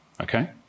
okay